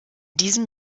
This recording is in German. diesem